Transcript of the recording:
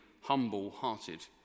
humble-hearted